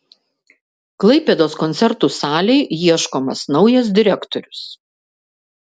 klaipėdos koncertų salei ieškomas naujas direktorius